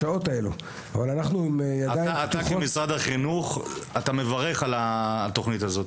אבל אנחנו --- אתה כנציג משרד החינוך מברך על התוכנית הזאת.